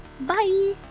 Bye